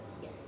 Yes